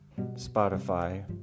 Spotify